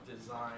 design